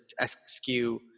SKU